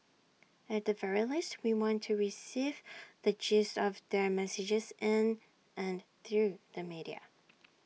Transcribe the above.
at the very least we want to receive the gist of their messages and and through the media